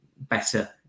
better